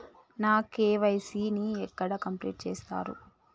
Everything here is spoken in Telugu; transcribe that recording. నా కే.వై.సీ ని ఎక్కడ కంప్లీట్ చేస్తరు?